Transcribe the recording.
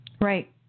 right